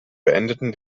beendeten